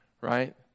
right